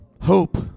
Hope